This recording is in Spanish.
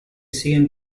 siguen